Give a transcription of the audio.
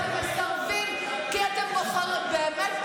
זה לא נכון.